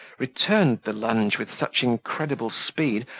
returned the lunge with such incredible speed,